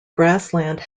grassland